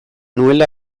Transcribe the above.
nuela